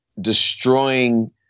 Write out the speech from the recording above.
destroying